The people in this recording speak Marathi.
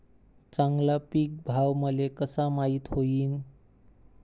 चांगला पीक भाव मले कसा माइत होईन?